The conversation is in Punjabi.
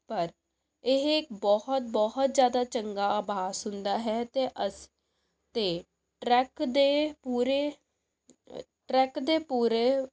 ਪਰ ਇਹ ਬਹੁਤ ਬਹੁਤ ਜ਼ਿਆਦਾ ਚੰਗਾ ਅਭਾਸ ਹੁੰਦਾ ਹੈ ਅਤੇ ਅਸ ਅਤੇ ਟਰੈਕ ਦੇ ਪੂਰੇ ਟਰੈਕ ਦੇ ਪੂਰੇ